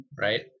right